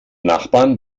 nachbarn